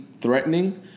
threatening